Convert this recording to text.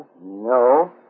No